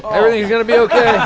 everything's going to be ok.